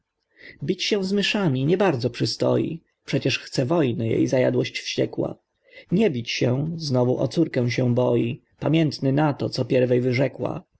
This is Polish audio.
bić się z myszami nie bardzo przystoi przecież chce wojny jej zajadłość wściekła nie bić się znowu o córkę się boi pamiętny na to co pierwej wyrzekła